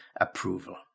approval